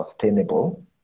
sustainable